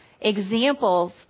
examples